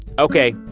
ok,